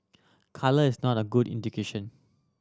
colour is not a good indication